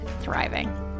thriving